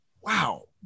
wow